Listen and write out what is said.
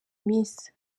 miss